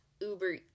uber